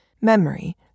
memory